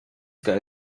guy